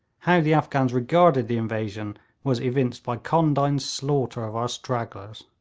how the afghans regarded the invasion was evinced by condign slaughter of our stragglers.